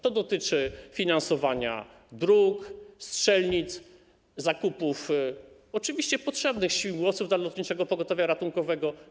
To dotyczy finansowania dróg, strzelnic, zakupów - oczywiście potrzebnych - śmigłowców dla Lotniczego Pogotowia Ratunkowego.